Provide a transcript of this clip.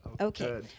Okay